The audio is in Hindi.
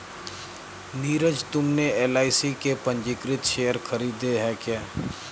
नीरज तुमने एल.आई.सी के पंजीकृत शेयर खरीदे हैं क्या?